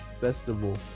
festival